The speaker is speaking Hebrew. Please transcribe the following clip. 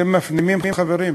אתם מפנימים, חברים?